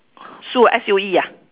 Sue S U E ah